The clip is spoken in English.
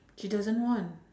she doesn't want